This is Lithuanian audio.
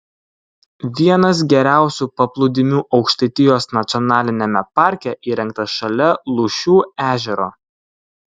vienas geriausių paplūdimių aukštaitijos nacionaliniame parke įrengtas šalia lūšių ežero